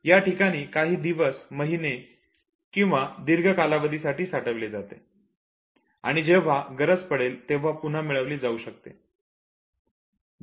याठिकाणी काही दिवस महिने किंवा दीर्घ कालावधीसाठी साठवली जाते आणि जेव्हा गरज पडेल तेव्हा पुन्हा मिळवली जाऊ शकते